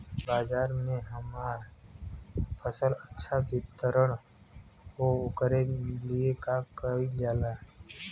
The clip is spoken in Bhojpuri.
बाजार में हमार फसल अच्छा वितरण हो ओकर लिए का कइलजाला?